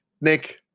Nick